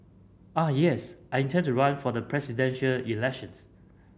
ah yes I intend to run for the presidential elections